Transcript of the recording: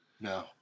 No